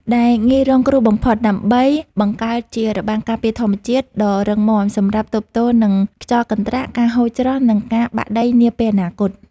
ដែលងាយរងគ្រោះបំផុត ដើម្បីបង្កើតជា របាំងការពារធម្មជាតិ ដ៏រឹងមាំសម្រាប់ទប់ទល់នឹងខ្យល់កន្ត្រាក់ ការហូរច្រោះ និងការបាក់ដីនាពេលអនាគត។